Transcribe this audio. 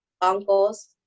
uncles